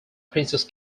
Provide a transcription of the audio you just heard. princess